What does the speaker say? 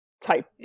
type